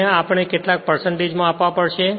જેને આપણે તેના કેટલાક માં આપવામાં આવશે